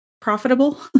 profitable